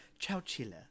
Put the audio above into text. Chowchilla